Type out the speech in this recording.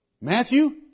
Matthew